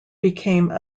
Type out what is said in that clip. became